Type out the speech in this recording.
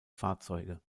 fahrzeuge